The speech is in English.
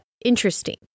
Interesting